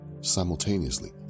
Simultaneously